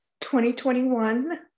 2021